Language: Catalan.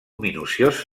minuciós